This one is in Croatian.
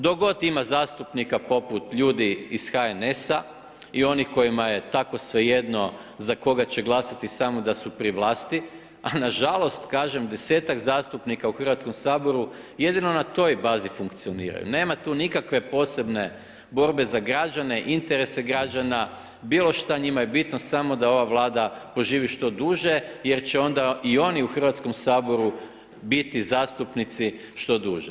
Dok god ima zastupnika poput ljudi iz HNS-a i onima kojima je tako svejedno, za koga će glasati, samo da su pri vlasti, ali nažalost, kažem 10-tak zastupnika u Hrvatskom saboru jedino na toj bazi funkcionira, nema tu nikakve posebne borbe za građane, interese građana, bilo šta, njima je bitno samo da ova Vlada proživi što duže, jer će onda i oni u Hrvatskom saboru biti zastupnici što duže.